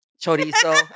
chorizo